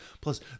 plus